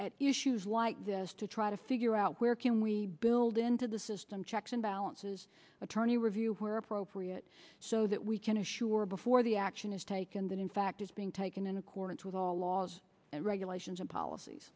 issues like this to try to figure out where can we build into the system checks and balances attorney review where appropriate so that we can assure before the action is taken that in fact is being taken in accordance with all laws and regulations and policies